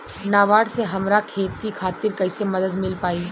नाबार्ड से हमरा खेती खातिर कैसे मदद मिल पायी?